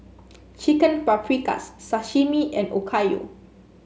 Chicken Paprikas Sashimi and Okayu